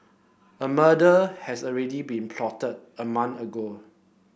a murder has already been plotted a month ago